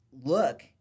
look